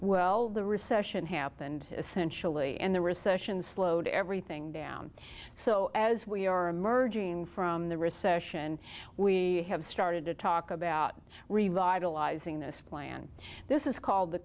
well the recession happened essentially and the recession slowed everything down so as we are emerging from the recession we have started to talk about revitalizing this plan this is called the